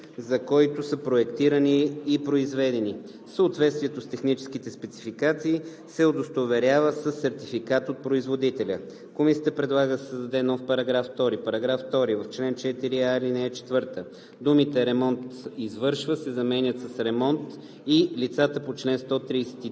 за който са проектирани и произведени. Съответствието с техническите спецификации се удостоверява със сертификат от производителя.“ Комисията предлага да се създаде нов § 2: „§ 2. В чл. 4а, ал. 4 думите „ремонт, извършва“ се заменят с „ремонт и лицата по чл. 133